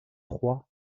trois